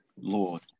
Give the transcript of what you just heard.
Lord